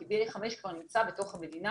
כי BA.5 כבר נמצא בתוך המדינה.